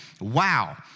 wow